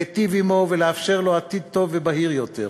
להיטיב עמו ולאפשר לו עתיד טוב ובהיר יותר.